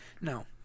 No